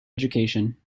education